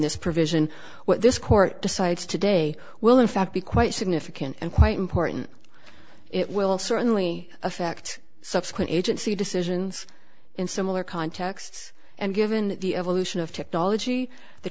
this provision what this court decides today will in fact be quite significant and quite important it will certainly affect subsequent agency decisions in similar contexts and given the evolution of technology the